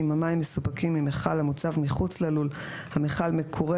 אם המים מסופקים ממכל המוצב מחוץ ללול - המכל מקורה,